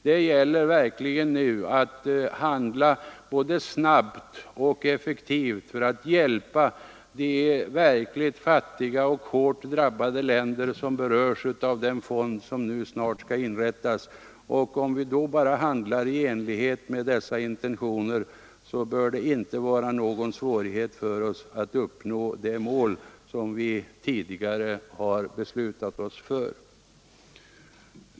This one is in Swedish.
; Nu gäller det att handla både snabbt och effektivt för att hjälpa de | verkligt fattiga och hårt drabbade länder som berörs av den fond som nu snart skall inrättas. Om vi då bara handlar i enlighet med dessa intentioner bör det inte vara någon svårighet för oss att uppnå det mål som vi tidigare har uppställt.